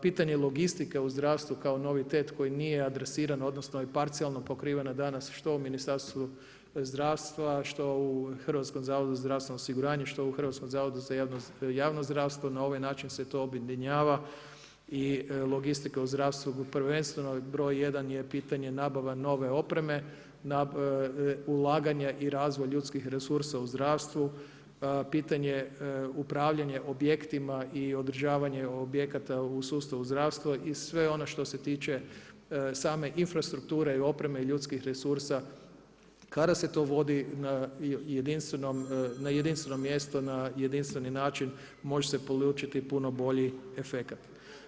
Pitanje logistike u zdravstvu koji nije novitet koji nije adresiran odnosno i parcijalno pokriveno je danas što u Ministarstvu zdravstva što u Hrvatskom zavodu za zdravstveno osiguranje, što u Hrvatskom zavodu za javno zdravstvo, na ovaj način se to objedinjava i logistika u zdravstvu prvenstveno broj jedan je pitanje nabava nove opreme, ulaganje i razvoj ljudskih resursa u zdravstvu, pitanje upravljanja objektima i održavanje objekata u sustavu zdravstva i sve ono što se tiče same infrastrukture i opreme, i ljudskih resursa kada se to vodi na jedinstvenom mjestu na jedinstveni način može se polučiti puno bolji efekat.